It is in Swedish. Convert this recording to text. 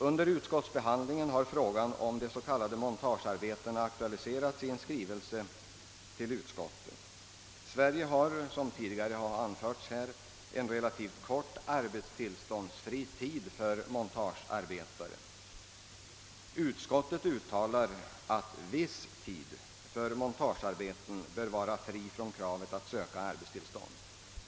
Under utskottsbehandlingen har fråsan om de s.k. montagearbetarna aktualiserats i en skrivelse till utskottet. Sverige har, som tidigare har anförts här, en relativt kort arbetstillståndsfri tid för montagearbetare. Utskottet uttalar att viss tid för montagearbeten bör vara fri från kravet på att söka arbetstillstånd.